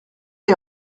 est